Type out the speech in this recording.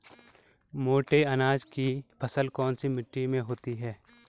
मोटे अनाज की फसल कौन सी मिट्टी में होती है?